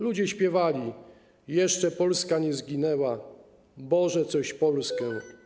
Ludzie śpiewali „Jeszcze Polska nie zginęła”, „Boże coś Polskę”